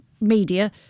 Media